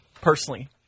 personally